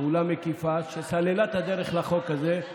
פעולה מקיפה שסללה את הדרך לחוק הזה.